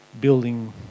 building